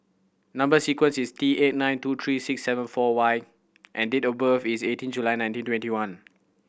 number sequence is T eight nine two three six seven four Y and date of birth is eighteen July nineteen twenty one